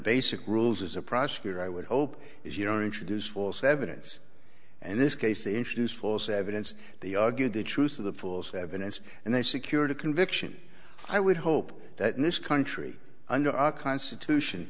basic rules as a prosecutor i would hope is you don't introduce false evidence and this case introduce false evidence they argued the truth of the false evidence and they secured a conviction i would hope that in this country under our constitution